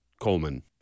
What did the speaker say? Coleman